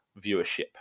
viewership